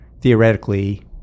theoretically